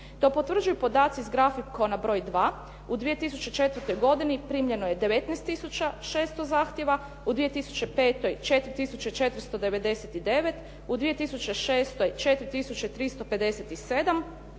To potvrđuju podaci s grafikona broj 2. U 2004. godini primljeno je 19 tisuća 600 zahtjeva, u 2005. 4449, u 2006. 4357,